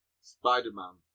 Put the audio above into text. Spider-Man